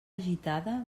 gitada